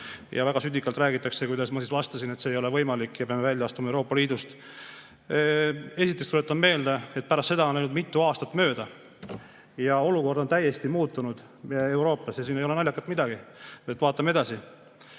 Väga südikalt räägitakse, kuidas ma siis vastasin, et see ei ole võimalik ja me peame välja astuma Euroopa Liidust. Esiteks tuletan meelde, et pärast seda on läinud mitu aastat mööda ja olukord Euroopas on täiesti muutunud. Siin ei ole naljakat midagi. Vaatame edasi.